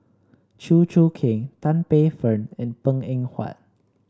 Chew Choo Keng Tan Paey Fern and Png Eng Huat